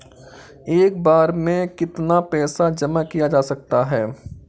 एक बार में कितना पैसा जमा किया जा सकता है?